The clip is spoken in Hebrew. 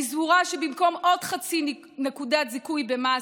אני סבורה שבמקום עוד חצי נקודת זיכוי במס,